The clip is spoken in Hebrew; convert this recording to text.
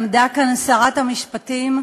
עמדה כאן שרת המשפטים,